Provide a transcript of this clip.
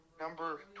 number